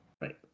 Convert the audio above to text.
Right